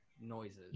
noises